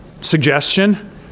suggestion